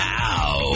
now